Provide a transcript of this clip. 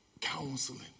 counseling